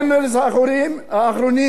בלי לדעת מאיפה אני באתי,